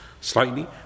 slightly